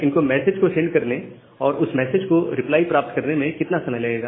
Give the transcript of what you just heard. इनको मैसेज को सेंड करने और उस मैसेज का रिप्लाई प्राप्त करने में कितना समय लगेगा